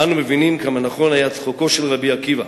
אנו מבינים כמה נכון היה צחוקו של רבי עקיבא,